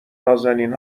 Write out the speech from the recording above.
نــازنین